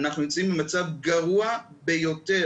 אנחנו נמצאים במצב גרוע ביותר.